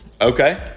Okay